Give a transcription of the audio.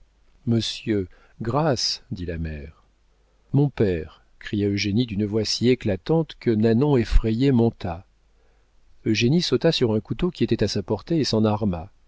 monsieur grâce dit la mère mon père cria eugénie d'une voix si éclatante que nanon effrayée monta eugénie sauta sur un couteau qui était à sa portée et s'en